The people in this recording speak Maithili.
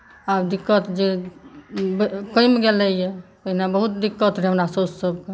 आब दिक्कत जे कम गेलैया पहिने बहुत दिक्कत रहै हमरा सासु सभके